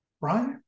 right